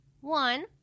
one